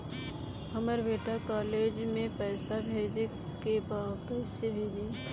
हमर बेटा के कॉलेज में पैसा भेजे के बा कइसे भेजी?